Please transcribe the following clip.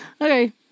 Okay